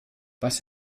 was